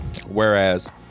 Whereas